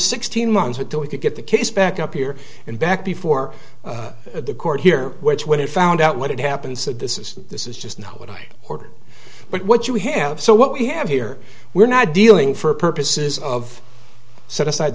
months until we could get the case back up here and back before the court here which when it found out what had happened said this is this is just not what i ordered but what you have so what we have here we're not dealing for purposes of set aside